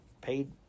paid